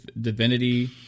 Divinity